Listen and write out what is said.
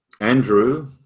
andrew